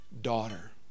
Daughter